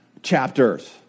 Chapters